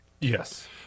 Yes